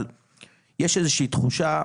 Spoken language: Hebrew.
אבל יש איזושהי תחושה,